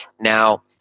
Now